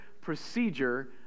procedure